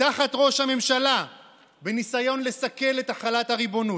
תחת ראש הממשלה בניסיון לסכל את החלת הריבונות,